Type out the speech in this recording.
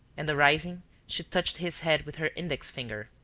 and arising, she touched his head with her index finger.